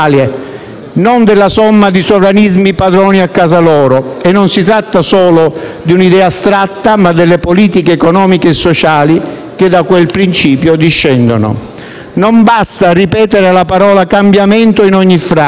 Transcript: non della somma di sovranismi padroni a casa loro. E non si tratta solo di un'idea astratta, ma delle politiche economiche e sociali che da quel principio discendono. Non basta ripetere la parola cambiamento in ogni frase,